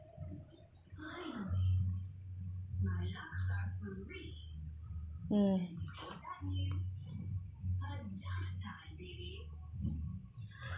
mm